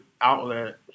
outlet